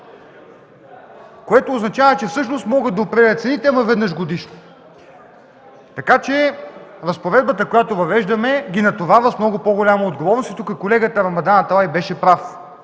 Това означава, че всъщност могат да определят цените, но веднъж годишно. Затова разпоредбата, която въвеждаме ги натоварва с много по-голяма отговорност. Тук колегата Рамадан Аталай беше прав.